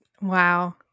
wow